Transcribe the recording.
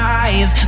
eyes